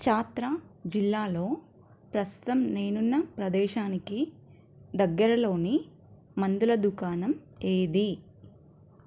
ఛత్రా జిల్లాలో ప్రస్తుతం నేనున్న ప్రదేశానికి దగ్గరలోని మందుల దుకాణం ఏది